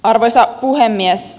arvoisa puhemies